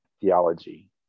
theology